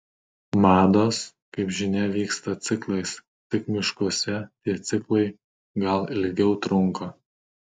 mados kaip žinia vyksta ciklais tik miškuose tie ciklai gal ilgiau trunka